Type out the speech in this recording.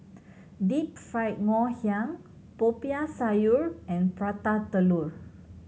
Deep Fried Ngoh Hiang Popiah Sayur and Prata Telur